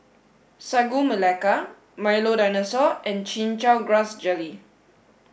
Sagu Melaka Milo Dinosaur and Chin Chow grass jelly